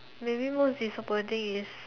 maybe most disappointing is